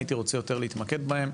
שהיתי רוצה יותר להתמקד בהם.